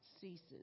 ceases